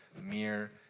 mere